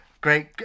Great